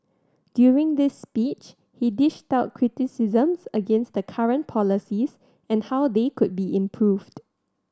during this speech he dished out criticisms against the current policies and how they could be improved